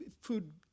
food